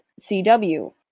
CW